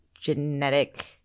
genetic